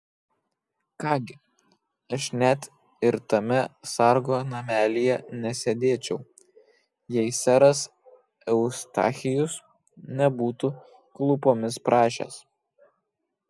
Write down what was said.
ką gi aš net ir tame sargo namelyje nesėdėčiau jei seras eustachijus nebūtų klūpomis prašęs